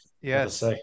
Yes